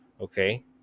okay